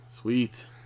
Sweet